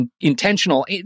intentional